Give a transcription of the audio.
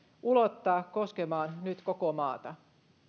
ulottaa koskemaan nyt koko maata